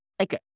Okay